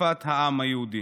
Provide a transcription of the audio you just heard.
וכשפת העם היהודי.